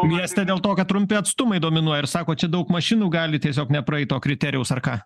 mieste dėl to kad trumpi atstumai dominuoja ir sako čia daug mašinų gali tiesiog nepraeit to kriterijaus ar ką